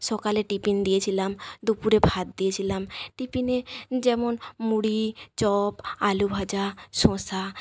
সকালে টিফিন দিয়েছিলাম দুপুরে ভাত দিয়েছিলাম টিফিনে যেমন মুড়ি চপ আলু ভাজা শশা